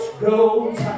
goes